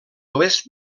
oest